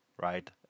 right